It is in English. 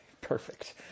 Perfect